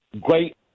Great